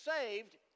saved